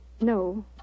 no